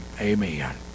Amen